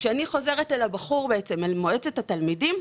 כשאני חוזרת אל מועצמת התלמידים,